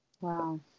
Wow